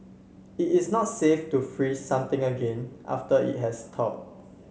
it is not safe to freeze something again after it has thawed